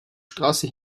straße